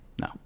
No